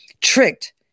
tricked